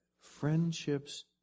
Friendships